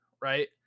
right